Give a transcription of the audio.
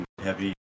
heavy